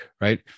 right